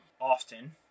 often